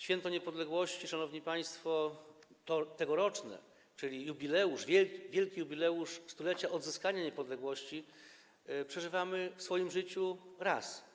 Święto niepodległości, szanowni państwo, to tegoroczne, czyli jubileusz, wielki jubileusz 100-lecia odzyskania niepodległości, przeżywamy w swoim życiu raz.